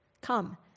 come